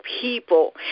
people